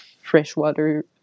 freshwater